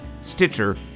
Stitcher